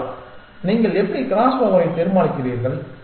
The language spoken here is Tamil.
மாணவர் நீங்கள் எப்படி கிராஸ் ஓவரை தீர்மானிக்கிறீர்கள்